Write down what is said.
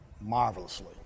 marvelously